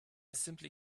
simply